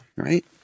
right